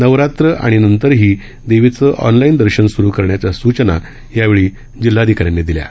नवरात्र आणि नंतरही देवीचं ऑनलाईन दर्शन सुरू करण्याच्या सूचना यावेळी जिल्हाधिका यांनी दिल्या आहेत